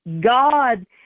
God